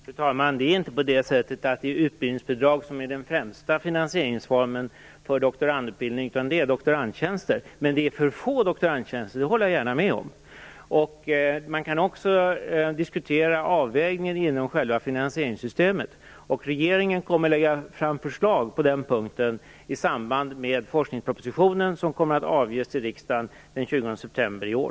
Fru talman! Det är inte utbildningsbidragen som är den främsta finansieringsformen för doktorandutbildningen, utan det är doktorandtjänster. Men vi har för få doktorandtjänster, det håller jag gärna med om. Man kan också diskutera avvägningen inom finansieringssystemet. Regeringen kommer att lägga fram förslag på den punkten i samband med forskningspropositionen som kommer att avges till riksdagen den 20 september i år.